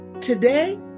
Today